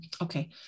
okay